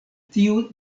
tiu